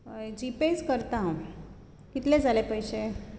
जीपेच करतां हांव कितले जाले पयशे